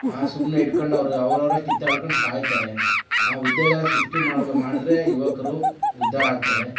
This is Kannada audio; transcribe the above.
ಆ ಸುಮ್ಮನೆ ಇಟ್ಕೊಂಡು ಅವರವರೇ ಕಿತ್ತಾಡ್ಕೊಂಡು ಸಾಯ್ತಾರೆ ಆ ಉದ್ಯೋಗ ಸೃಷ್ಟಿ ಮಾಡ್ಬೆ ಮಾಡಿದರೆ ಯುವಕರು ಉದ್ಧಾರ ಆಗ್ತಾರೆ